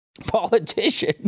Politician